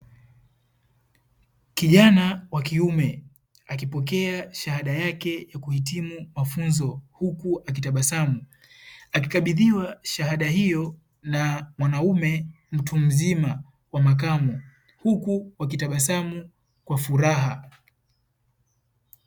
Kijana wa kiume akipokea shahada yake ya kuhitimu mafunzo, huku akitabasamu akikabidhiwa shahada hiyo na mwanaume mtu mzima wa makamo, huku wakitabasamu kwa furaha.